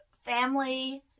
family